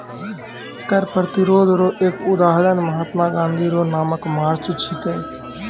कर प्रतिरोध रो एक उदहारण महात्मा गाँधी रो नामक मार्च छिकै